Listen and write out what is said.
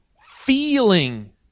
feeling